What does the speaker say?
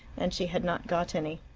and she had not got any.